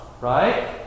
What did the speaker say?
right